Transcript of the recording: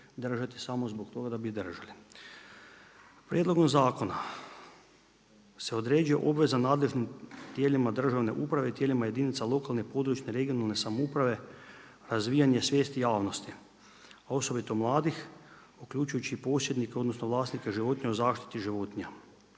držati samo zbog toga da bi ih držali. Prijedlogom zakona se određuje obveza nadležnim tijelima državne uprave, tijelima jedinica lokalne, područne, regionalne samouprave, razvijanje svijesti javnosti osobito mladih uključujući posjednike odnosno vlasnike životinja u zaštiti životinja.